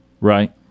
Right